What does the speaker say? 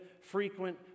frequent